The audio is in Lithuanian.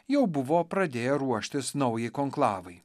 jau buvo pradėję ruoštis naujai konklavai